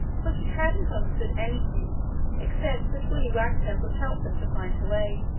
for she hadn't understood anything except that willy wagtail could help them to find her way.